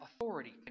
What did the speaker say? authority